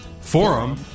forum